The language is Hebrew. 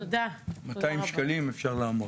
ב-200 שקלים אפשר לעמוד.